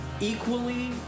Equally